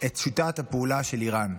את שיטת הפעולה של איראן.